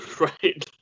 right